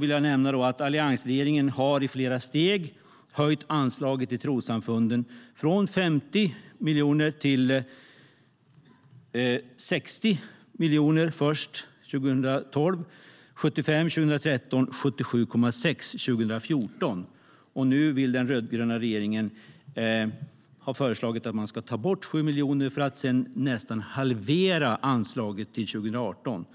vill jag nämna att alliansregeringen i flera steg har höjt anslaget till trossamfunden från 50 miljoner till 60 miljoner 2012, 75 miljoner 2013 och 77,6 miljoner 2014. Den rödgröna regeringen har nu föreslagit att man ska ta bort 7 miljoner för att sedan nästan halvera anslaget till 2018.